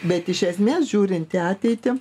bet iš esmės žiūrint į ateitį